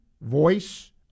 voice